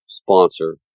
sponsor